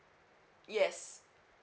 yes